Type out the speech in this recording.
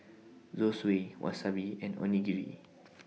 Zosui Wasabi and Onigiri